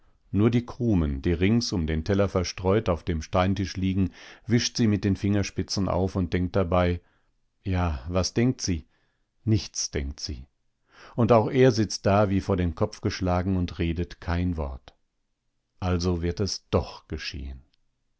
nur die krumen die rings um den teller verstreut auf dem steintisch liegen wischt sie mit den fingerspitzen auf und denkt dabei ja was denkt sie nichts denkt sie und auch er sitzt da wie vor den kopf geschlagen und redet kein wort also wird es doch geschehen